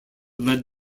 led